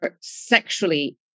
sexually